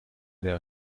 der